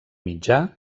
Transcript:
mitjà